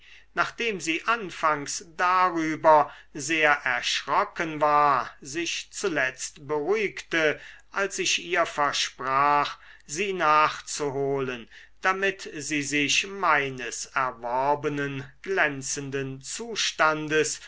nachdem sie anfangs darüber sehr erschrocken war sich zuletzt beruhigte als ich ihr versprach sie nachzuholen damit sie sich meines erworbenen glänzenden zustandes